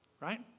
right